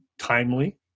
timely